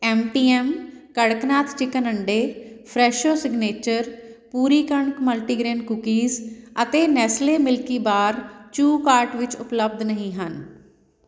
M T M Kadaknath chicken ਅੰਡੇ Fresho signature ਪੂਰੀ ਕਣਕ ਮਲਟੀਗ੍ਰੇਨ ਕੂਕੀਸ ਅਤੇ ਨੈਸਲੇ ਮਿਲਕੀ ਬਾਰ ਚੂ ਕਾਰਟ ਵਿੱਚ ਉਪਲੱਬਧ ਨਹੀਂ ਹਨ